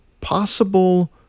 possible